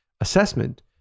assessment